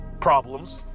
problems